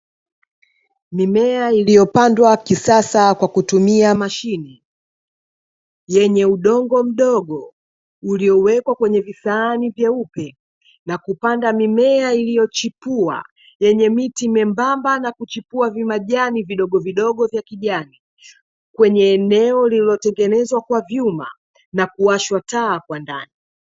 Mimea iliyo pandwa kisasa kwa kutumia mashine, yenye udongo mdogo uliowekwa kwenye visahani vyeupe, na kupanda mimea iliyo chipua, yenye miti membamba na kuchipua mimajani vidogo vidogo vya kijani, kwenye eneo lililotengenezwa kwa vyuma na kuwashwa taa kwa ndani.